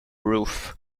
roof